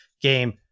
game